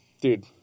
Dude